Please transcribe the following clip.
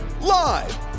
Live